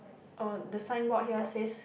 uh the signboard here says